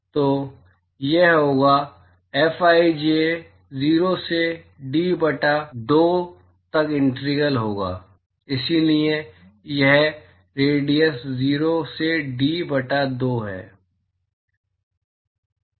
तो यह होगा फिज 0 से डी बटा 2 तक इंटीग्रल होगा इसलिए यह रेडियस 0 से डी बटा 2 है